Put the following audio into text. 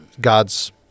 God's